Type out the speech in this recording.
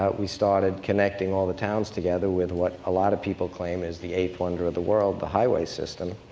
but we started connecting all the towns together with what a lot of people claim is the eighth wonder of the world, the highway system.